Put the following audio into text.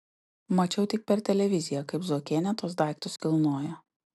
mačiau tik per televiziją kaip zuokienė tuos daiktus kilnoja